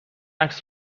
عکس